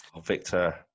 Victor